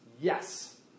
Yes